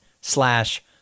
slash